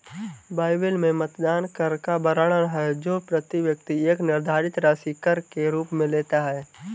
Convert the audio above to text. Bible में मतदान कर का वर्णन है जो प्रति व्यक्ति एक निर्धारित राशि कर के रूप में लेता है